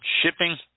Shipping